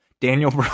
Daniel